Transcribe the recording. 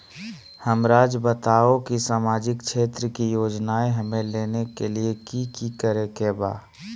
हमराज़ बताओ कि सामाजिक क्षेत्र की योजनाएं हमें लेने के लिए कि कि करे के बा?